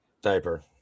Diaper